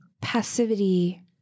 passivity